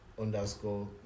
underscore